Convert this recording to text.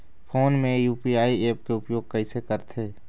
Phone मे UPI app के उपयोग कइसे करथे?